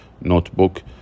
notebook